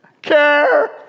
care